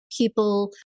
people